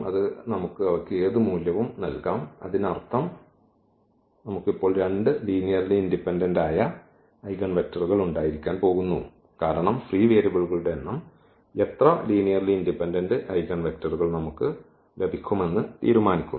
അതിനാൽ നമുക്ക് അവക്ക് ഏത് മൂല്യവും നൽകാം അതിനർത്ഥം നമുക്ക് ഇപ്പോൾ രണ്ട് ലീനിയർലി ഇൻഡിപെൻഡന്റ് ആയ ഐഗൻവെക്ടറുകൾ ഉണ്ടായിരിക്കാൻ പോകുന്നു കാരണം ഫ്രീ വേരിയബിളുകളുടെ എണ്ണം എത്ര ലീനിയർലി ഇൻഡിപെൻഡന്റ് ഐഗൻവെക്ടറുകൾ നമുക്ക് ലഭിക്കുമെന്ന് തീരുമാനിക്കുന്നു